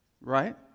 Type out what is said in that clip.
Right